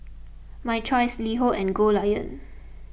My Choice LiHo and Goldlion